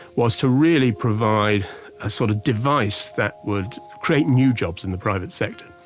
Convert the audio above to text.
was to really provide a sort of device that would create new jobs in the private sector,